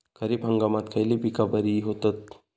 खरीप हंगामात खयली पीका बरी होतत?